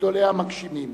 מגדולי המגשימים.